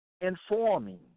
informing